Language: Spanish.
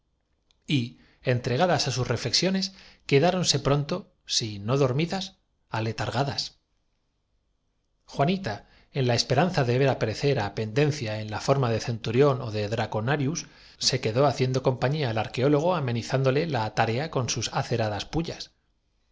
y entregadas á sus reflexiones quedáronse pronto si no dormidas aletargadas juanita en la esperanza de ver aparecer á pendencia en la forma de centurión ó de draconarius se quedó haciendo compañía al arqueólogo amenizándole la ta rea con sus aceradas pullas